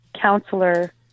counselor